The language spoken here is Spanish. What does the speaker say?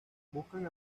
buscan